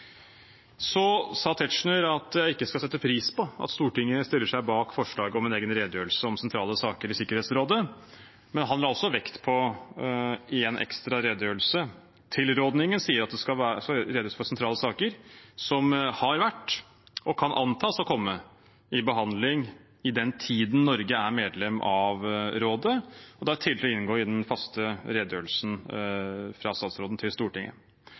Så sa Tetzschner at jeg ikke skal sette pris på at Stortinget stiller seg bak forslaget om en egen redegjørelse om sentrale saker i Sikkerhetsrådet, men han la også vekt på en ekstra redegjørelse. I tilrådingen sies det at det skal redegjøres for «sentrale saker som har vært og kan antas å komme til behandling» i den tiden Norge er medlem av Sikkerhetsrådet, og da tydelig inngå i den faste redegjørelsen fra utenriksministeren til Stortinget.